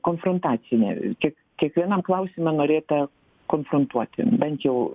konfrontacinė kiek kiekvienam klausime norėta konfrontuoti bent jau